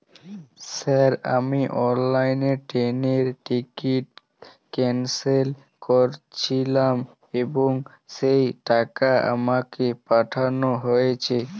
Sir আমি অনলাইনে ট্রেনের টিকিট ক্যানসেল করেছিলাম এবং সেই টাকা আমাকে পাঠানো হয়েছে?